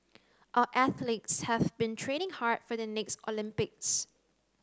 our athletes have been training hard for the next Olympics